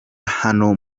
hano